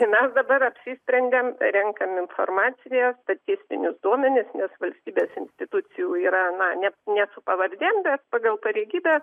ir mes dabar apsisprendėm renkam informaciją statistinius duomenis nes valstybės institucijų yra na ne ne su pavardėm bet pagal pareigybę